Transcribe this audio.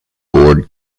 board